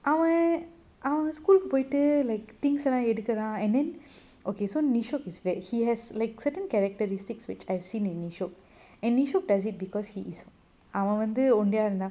அவ அவ:ava ava school கு போய்ட்டு:ku poitu like things lah எடுக்குரா:edukura and then okay so nishok is where he has like certain characteristics which I have seen in nishok and nishok does it because he is அவ வந்து ஒன்டயா இருந்தா:ava vanthu ontaya iruntha